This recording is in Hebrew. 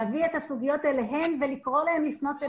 להביא את הסוגיות האלה אליהם ולקרוא להם לפנות אלינו.